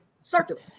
circular